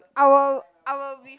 our our with